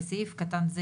אפשר לתקן את זה,